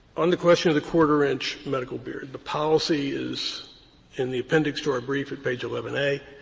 on the question of the quarter inch medical beard, the policy is in the appendix to our brief at page eleven a.